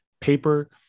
paper